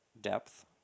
depth